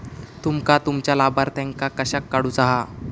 तुमका तुमच्या लाभार्थ्यांका कशाक काढुचा हा?